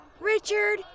Richard